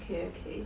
okay okay